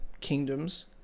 kingdoms